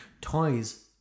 toys